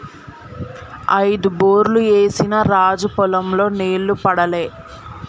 ఐదు బోర్లు ఏసిన రాజు పొలం లో నీళ్లు పడలే